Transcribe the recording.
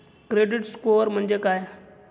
Credit score म्हणजे काय?